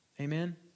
Amen